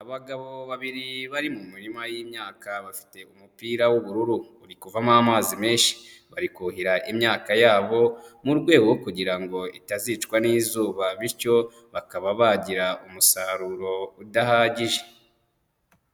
Abagabo babiri bari mu murima y'imyaka bafite umupira w'ubururu uri kuvamo amazi menshi, bari kuhira imyaka yabo mu rwego kugira ngo itazicwa n'izuba bityo bakaba bagira umusaruro udahagije.